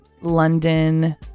london